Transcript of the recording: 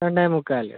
രണ്ടേ മുക്കാൽ